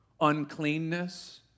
uncleanness